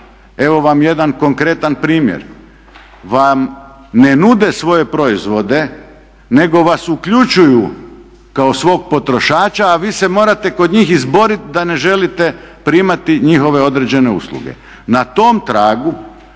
evo vam jedan konkretan primjer, vam ne nude svoje proizvode nego vas uključuju kao svog potrošača a vi se morate kod njih izborit da ne želite primati njihove određene usluge.